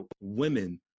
women